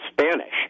Spanish